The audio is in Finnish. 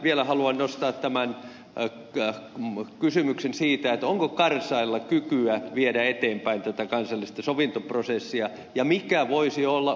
vielä haluan nostaa tämän kysymyksen siitä onko karzailla kykyä viedä eteenpäin tätä kansallista sovintoprosessia ja mikä voisi olla ykn rooli